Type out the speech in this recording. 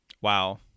Wow